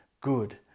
good